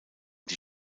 die